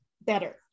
better